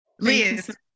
Liz